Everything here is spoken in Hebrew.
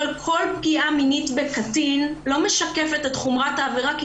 אבל כל פגיעה מינית בקטין לא משקפת את חומרת העבירה כי